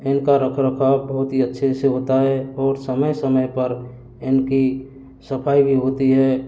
इनका रख रखाव बहुत ही अच्छे से होता है और समय समय पर इनकी सफ़ाई भी होती है